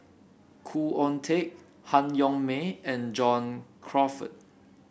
Khoo Oon Teik Han Yong May and John Crawfurd